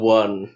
one